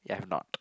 you have not